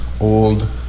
old